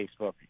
Facebook